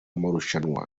marushanwa